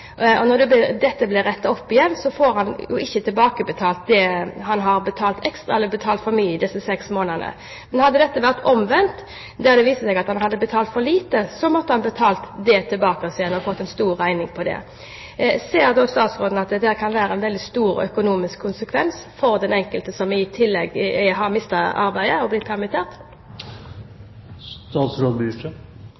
disse seks månedene. Men hadde det vært omvendt, at det hadde vist seg at han hadde betalt for lite, måtte han ha betalt dette og fått en stor regning på det. Ser statsråden at det kan bli en stor økonomisk konsekvens for den enkelte, som i tillegg har mistet arbeidet eller blitt permittert?